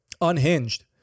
Unhinged